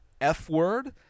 f-word